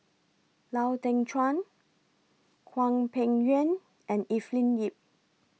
Lau Teng Chuan Hwang Peng Yuan and Evelyn Lip